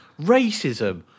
racism